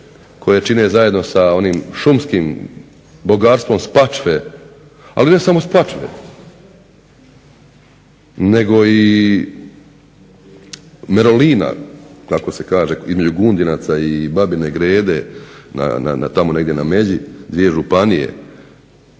koje čine zajedno sa šumskim bogatstvom Spačve, ali ne samo Spačve nego i Nerolina, kako se kaže između Gudinaca i Babine grede na tamo na međi dvije županije,